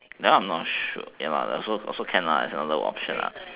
that one I am not sure ya lah also can lah it's another option